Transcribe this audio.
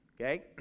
Okay